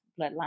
Bloodline